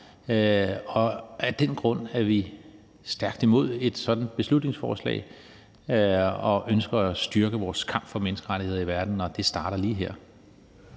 Af den grund er vi stærkt imod et sådant beslutningsforslag og ønsker at styrke vores kamp for menneskerettigheder i verden, og det starter lige her.